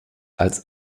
als